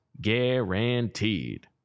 guaranteed